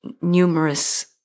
numerous